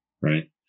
right